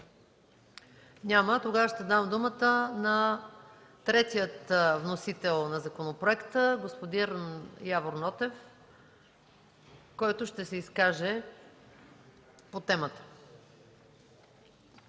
Няма. Тогава давам думата на третия вносител на законопроекта господин Явор Нотев, който ще се изкаже по темата.